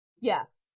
Yes